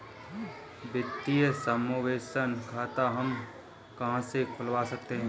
वित्तीय समावेशन खाता हम कहां से खुलवा सकते हैं?